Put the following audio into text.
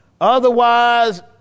Otherwise